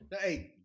Hey